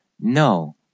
No